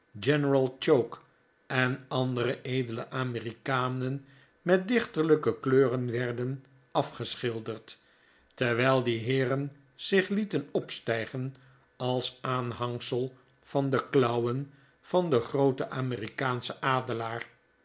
choke en andere edele amerikanen met dichterlijke kleuren werden afgeschilderd terwijl die heeren zich lieten opstijgen als aanhangsel van de klauwen van den grooten amerikaanschen adelaar